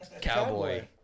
cowboy